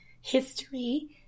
history